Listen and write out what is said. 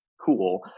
cool